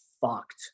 fucked